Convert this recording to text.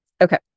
Okay